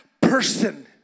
person